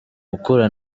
mukura